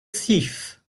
thief